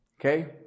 Okay